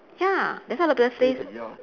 ya that's why all the people says